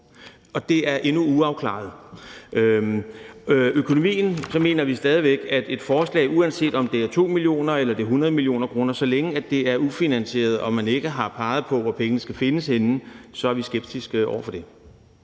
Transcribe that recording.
og det er endnu uafklaret. Hvad angår økonomien for et forslag, uanset om det er på 2 mio. kr. eller 100 mio. kr., så er vi, så længe det er ufinansieret og man ikke har peget på, hvor pengene skal findes henne, skeptiske over for det.